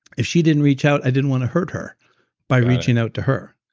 if she didn't reach out i didn't want to hurt her by reaching out to her.